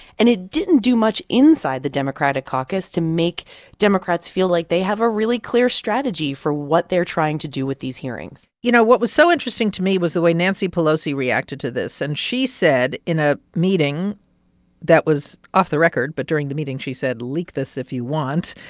and it didn't do much inside the democratic caucus to make democrats feel like they have a really clear strategy for what they're trying to do with these hearings you know, what was so interesting to me was the way nancy pelosi reacted to this. and she said in a meeting that was off the record but during the meeting, she said leak this if you want,